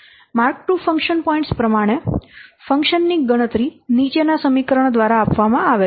mark II function points પ્રમાણે function ની ગણતરી નીચેના સમીકરણ દ્વારા આપવામાં આવે છે